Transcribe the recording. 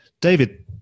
David